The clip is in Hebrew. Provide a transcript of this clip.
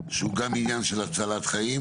שהוא גם עניין של הצלת חיים